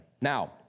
Now